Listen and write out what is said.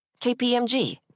KPMG